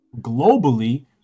Globally